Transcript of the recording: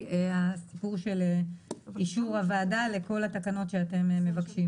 הסיפור של אישור הוועדה לכל התקנות שאתם מבקשים.